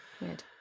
weird